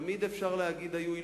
תמיד אפשר להגיד שהיו אילוצים.